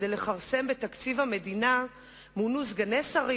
כדי לכרסם בתקציב המדינה מונו סגני שרים